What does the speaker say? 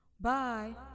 Bye